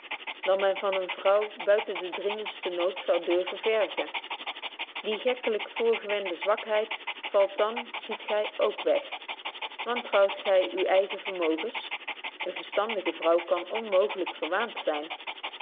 dan men van eene vrouw buiten de dringendste nood zoude durven vergen betje wolff proeve over de opvoeding die gekkelyk voorgewende zwakheid valt dan ziet gy k weg wantrouwt gy uwe eigen vermogens eene vetstandige vrouw kan onmooglyk verwaant zyn